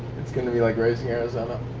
it's gonna be like yeah awesome.